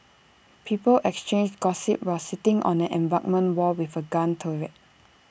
people exchanged gossip while sitting on an embankment wall with A gun turret